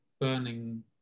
burning